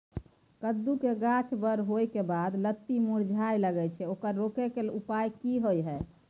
कद्दू के गाछ बर होय के बाद लत्ती मुरझाय लागे छै ओकरा रोके के उपाय कि होय है?